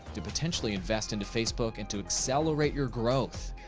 to potentially invest into facebook and to accelerate your growth.